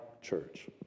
church